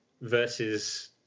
versus